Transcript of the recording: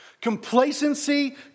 complacency